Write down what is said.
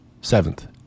Seventh